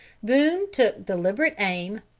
boone took deliberate aim,